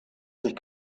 sich